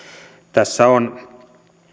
tässä on